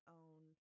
own